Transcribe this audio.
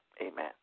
Amen